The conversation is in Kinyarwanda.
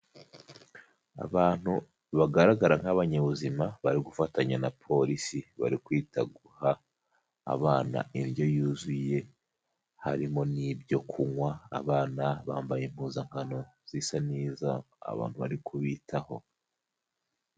Abantu bagaragara nk'abanyabuzima bari gufatanya na polisi bari kwita guha abana indyo yuzuye harimo n'ibyo kunywa, abana bambaye impuzankano zisa neza abantu bari kubitaho.